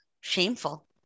shameful